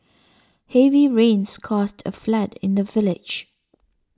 heavy rains caused a flood in the village